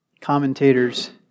commentators